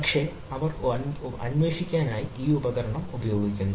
പക്ഷേ അവർ അന്വേഷണ ഉപകരണം ഉപയോഗിക്കുന്നു